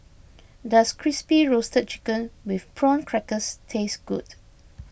does Crispy Roasted Chicken with Prawn Crackers taste good